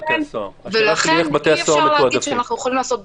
זה בדיוק מהמקרים הפרטניים שיש לו פתרון.